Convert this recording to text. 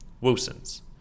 Wilson's